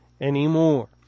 anymore